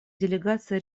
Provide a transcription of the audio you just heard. делегация